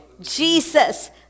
Jesus